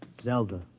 Zelda